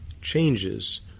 changes